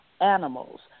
animals